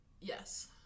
Yes